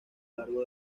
largo